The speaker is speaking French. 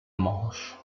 manche